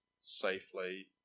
safely